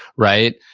right?